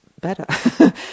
better